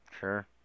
Sure